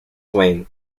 wang